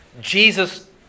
jesus